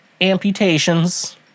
amputations